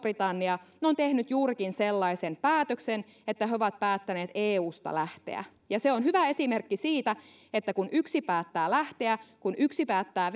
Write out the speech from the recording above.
britannia on tehnyt juurikin sellaisen päätöksen että he ovat päättäneet eusta lähteä se on hyvä esimerkki siitä että kun yksi päättää lähteä kun yksi päättää